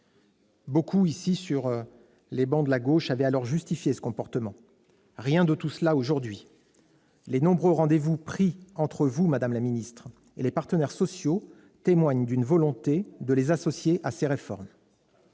Beaucoup ici, sur les travées de la gauche, avaient alors justifié cette façon de procéder. Rien de tout cela aujourd'hui. Les nombreux rendez-vous pris entre vous, madame la ministre, et les partenaires sociaux témoignent d'une volonté d'associer ces derniers